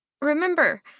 Remember